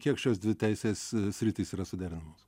kiek šios dvi teisės sritys yra suderinamos